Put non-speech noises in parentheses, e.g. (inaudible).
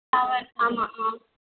(unintelligible) ஆமாம் ஆ